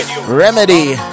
Remedy